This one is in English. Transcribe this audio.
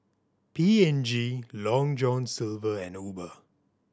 P and G Long John Silver and Uber